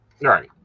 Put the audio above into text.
right